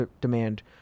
demand